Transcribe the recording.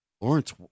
Lawrence